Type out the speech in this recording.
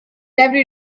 every